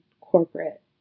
corporate